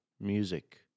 music